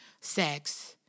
sex